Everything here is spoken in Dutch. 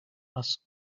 was